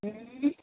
उँ